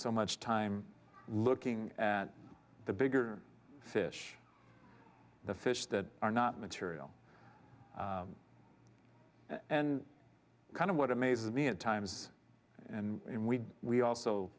so much time looking at the bigger fish the fish that are not material and kind of what amazes me at times and we we also